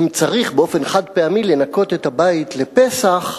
אם צריך באופן חד-פעמי לנקות את הבית לפסח,